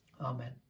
Amen